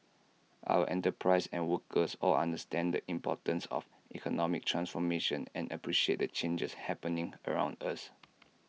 our enterprises and workers all understand the importance of economic transformation and appreciate the changes happening around us